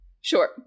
Sure